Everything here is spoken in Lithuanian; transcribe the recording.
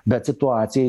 bet situacija